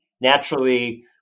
Naturally